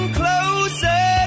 closer